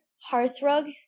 hearthrug